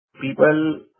People